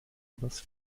übers